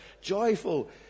joyful